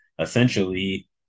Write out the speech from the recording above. essentially